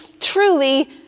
truly